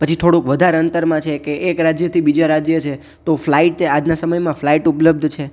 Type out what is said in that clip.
પછી થોડુંક વધારે અંતરમાં છે કે એક રાજ્યથી બીજા રાજ્ય છે તો ફ્લાઇટ આજના સમયમાં ફ્લાઇટ ઉપલબ્ધ છે